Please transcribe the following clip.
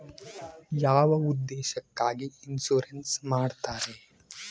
ಯಾವ ಉದ್ದೇಶಕ್ಕಾಗಿ ಇನ್ಸುರೆನ್ಸ್ ಮಾಡ್ತಾರೆ?